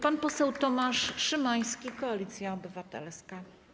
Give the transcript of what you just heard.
Pan poseł Tomasz Szymański, Koalicja Obywatelska.